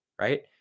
right